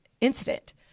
incident